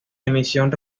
emisión